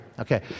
Okay